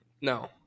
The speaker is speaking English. no